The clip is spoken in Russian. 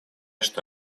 что